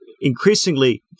increasingly